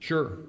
Sure